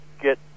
get